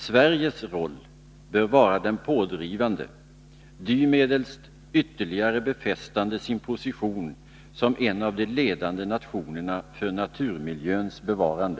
Sveriges roll bör vara den pådrivande, dymedelst ytterligare befästande sin position som en av de ledande nationerna för naturmiljöns bevarande.